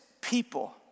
people